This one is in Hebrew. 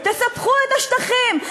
תספחו את השטחים.